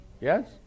Yes